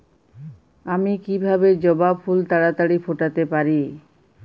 আমি কিভাবে জবা ফুল তাড়াতাড়ি ফোটাতে পারি?